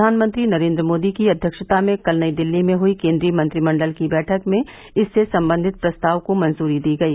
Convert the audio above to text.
प्रधानमंत्री नरेन्द्र मोदी की अध्यक्षता में कल नई दिल्ली में हई केन्द्रीय मंत्रिमंडल की बैठक में इससे संबंधित प्रस्ताव को मंजूरी दी गई